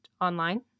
online